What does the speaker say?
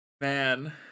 Man